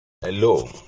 Hello